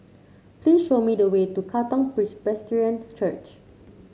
please show me the way to Katong Presbyterian Church